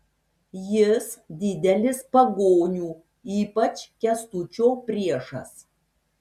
jis didelis pagonių ypač kęstučio priešas